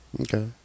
Okay